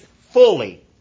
fully